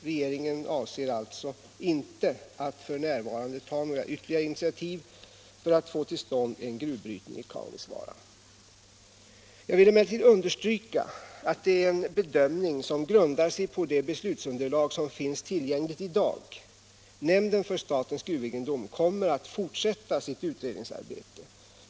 Regeringen avser alltså inte att f. n. ta några ytterligare initiativ för att få till stånd en gruvbrytning i Kaunisvaara. Jag vill emellertid understryka att det är en bedömning som grundar sig på det beslutsunderlag som finns tillgängligt i dag. Nämnden för statens gruvegendom kommer att fortsätta sitt utredningsarbete.